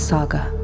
Saga